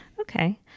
Okay